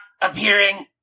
appearing